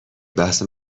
بحث